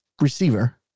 receiver